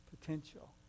potential